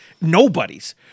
nobody's